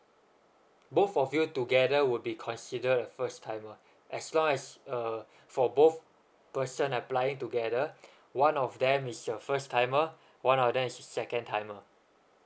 both of you together would be considered the first timer as long as uh for both person applying together one of them is your first timer one of them is a second timer